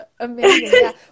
amazing